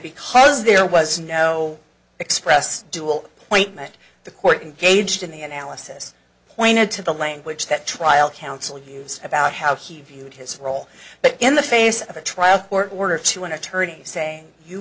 because there was no express dual point that the court engaged in the analysis pointed to the language that trial counsel use about how he viewed his role but in the face of a trial court order to an attorney saying you